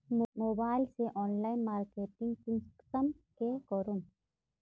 Mobile से online marketing कुंसम के करूम?